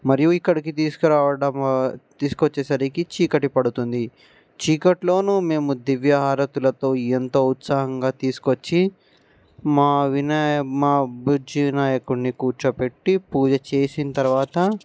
మరియు ఇక్కడికి తీసుకురావడం తీసుక వచ్చేసరికి చీకటి పడుతుంది చీకటిలోనూ మేము దివ్య హారతులతో ఎంతో ఉత్సాహంగా తీసుక వచ్చి మా వినాయ మా బుజ్జి వినాయకుడిని కూర్చోపెట్టి పూజ చేసిన తర్వాత